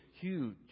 huge